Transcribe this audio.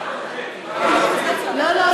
לא, לא.